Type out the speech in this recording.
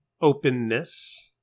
Openness